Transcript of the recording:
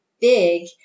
big